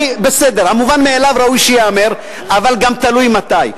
בסדר, המובן מאליו ראוי שייאמר, אבל גם תלוי מתי.